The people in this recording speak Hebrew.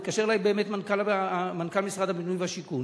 התקשר אלי מנכ"ל משרד הבינוי והשיכון